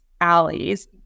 alleys